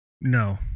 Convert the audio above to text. No